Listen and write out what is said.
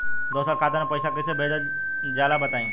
दोसरा खाता में पईसा कइसे भेजल जाला बताई?